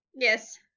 Yes